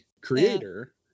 creator